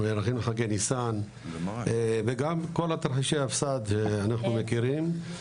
אנחנו נערכים לחגי ניסן וגם כל תרחישי הפס"ד שאנחנו מכירים.